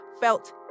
felt